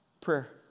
prayer